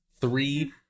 three